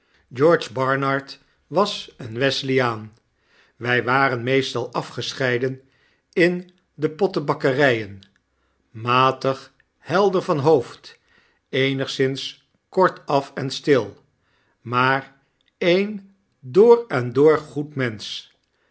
george barnard was een wesleyaan wy waren meestal afgescheidenen in de pottenbakkenjen matig helder van hoofd eenigszins kortaf en stil maar een door en door goed mensch